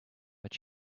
but